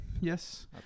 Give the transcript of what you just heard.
yes